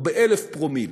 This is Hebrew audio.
או באלף פרומיל.